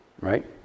Right